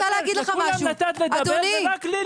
לכולם נתת לדבר ורק לי לא.